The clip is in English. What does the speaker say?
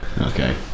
Okay